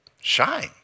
shine